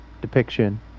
depiction